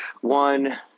one